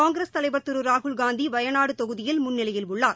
காங்கிரஸ் தலைவர் திரு ராகுல்காந்தி வயநாடு தொகுதியில் முன்னிலையில் உள்ளார்